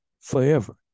forever